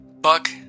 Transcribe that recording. Buck